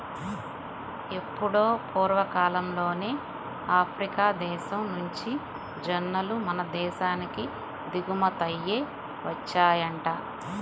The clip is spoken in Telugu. ఎప్పుడో పూర్వకాలంలోనే ఆఫ్రికా దేశం నుంచి జొన్నలు మన దేశానికి దిగుమతయ్యి వచ్చాయంట